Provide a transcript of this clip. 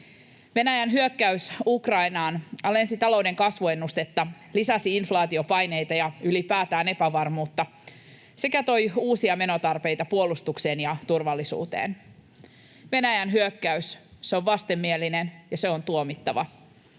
Venäjän hyökkäys Ukrainaan alensi talouden kasvuennustetta, lisäsi inflaatiopaineita ja ylipäätään epävarmuutta sekä toi uusia menotarpeita puolustukseen ja turvallisuuteen. Venäjän hyökkäys, se on vastenmielinen ja se on tuomittava.